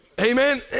amen